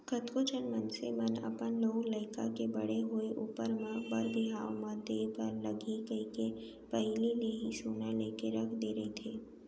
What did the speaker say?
कतको झन मनसे मन अपन लोग लइका के बड़े होय ऊपर म बर बिहाव म देय बर लगही कहिके पहिली ले ही सोना लेके रख दे रहिथे